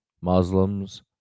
Muslims